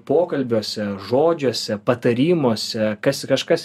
pokalbiuose žodžiuose patarimuose kas kažkas